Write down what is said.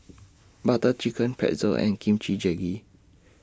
Butter Chicken Pretzel and Kimchi Jjigae